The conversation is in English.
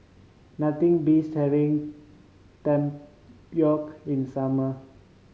nothing beats having tempoyak in the summer